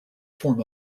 form